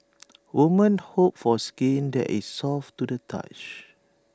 women hope for skin that is soft to the touch